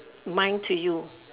mine to you